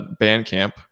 Bandcamp